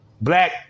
Black